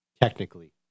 technically